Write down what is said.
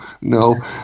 no